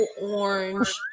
orange